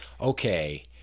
okay